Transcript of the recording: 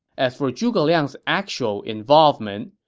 as for zhuge liang's actual involvement,